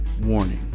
Warning